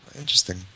interesting